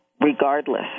regardless